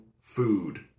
food